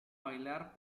bailar